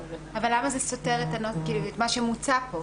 למה זה סותר את מה שמוצע פה?